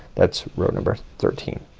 that's row number thirteen.